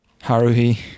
Haruhi